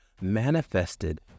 manifested